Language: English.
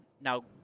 Now